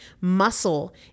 Muscle